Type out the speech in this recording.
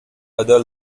other